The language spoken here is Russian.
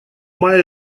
мае